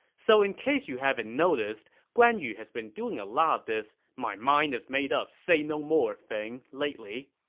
so in case you haven't noticed, guan yu has been doing a lot of this my mind is made up say no more thing lately.